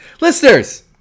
Listeners